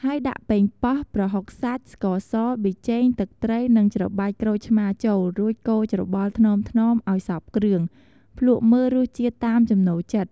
ហើយដាក់ប៉េងប៉ោះ ប្រហុកសាច់ ស្ករស ប៊ីចេង ទឹកត្រី និងច្របាច់ក្រូចឆ្មារចូល រួចកូរច្របល់ថ្នមៗឲ្យសព្វគ្រឿង ភ្លក់មើលរសជាតិតាមចំណូលចិត្ត។